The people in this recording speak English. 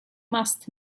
must